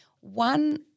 One